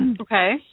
Okay